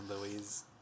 Louise